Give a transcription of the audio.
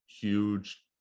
huge